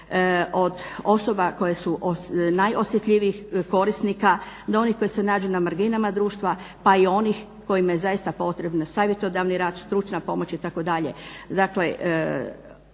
od osoba koje su najosjetljivijih korisnika do onih koji se nađu na marginama društva pa i onih kojima je zaista potreban savjetodavni rad, stručna pomoć itd.